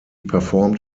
performed